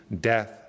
death